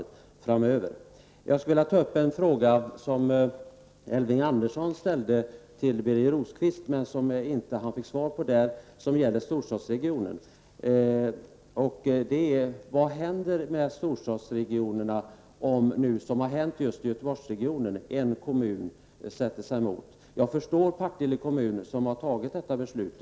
Jag vill ta upp en fråga som gällde storstadsregioner som Elving Andersson ställde till Birger Rosqvist, men som han inte fick svar på. Vad händer med storstadsregionerna om, som nu har hänt i Göteborgsregionen, en kommun sätter sig emot? Jag förstår Partille kommun som har tagit detta beslut.